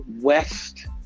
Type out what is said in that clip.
West